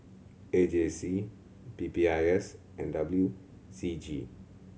A J C P P I S and W C G